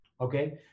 okay